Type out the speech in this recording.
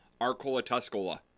Arcola-Tuscola